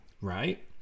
right